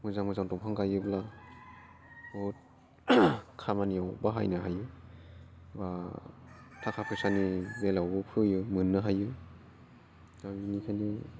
मोजां मोजां दंफां गायोब्ला बहुत खामानियाव बाहायनो हायो बा थाखा फैसानि बेलायावबो फोयो मोननो हायो दा बेनिखायनो